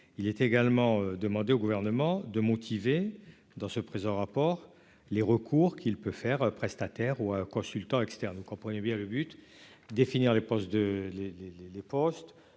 il est également demandé au gouvernement de motiver dans ce présent rapport les recours qu'il peut faire prestataire ou un consultant externe comprenait bien le but, définir les postes